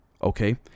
Okay